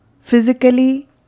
physically